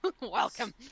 welcome